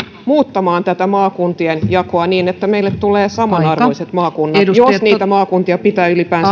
muuttamaan tätä maakuntien jakoa niin että meille tulee samanarvoiset maakunnat jos niitä maakuntia pitää ylipäänsä